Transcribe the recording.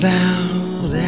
out